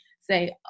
say